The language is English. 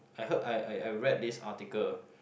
I heard I I I read this article